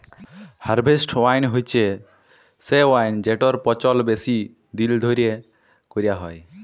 harvest wine হছে সে wine যেটর পচল বেশি দিল ধ্যইরে ক্যইরা হ্যয়